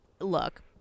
look